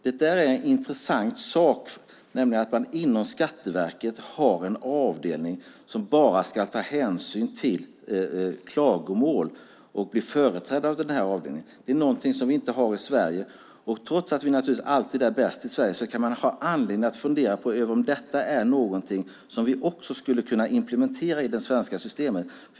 Det är en intressant sak att man inom det amerikanska skatteverket har en avdelning som bara ska ta hänsyn till klagomål och som företräder de klagande. Det är någonting som vi inte har i Sverige. Trots att vi naturligtvis alltid är bäst i Sverige kan man ha anledning att fundera över om detta är någonting som vi skulle kunna implementera i det svenska systemet.